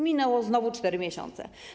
Minęły znowu 4 miesiące.